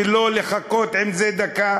ולא לחכות עם זה דקה.